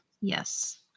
Yes